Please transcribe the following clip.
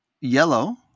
Yellow